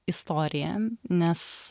istoriją nes